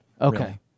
Okay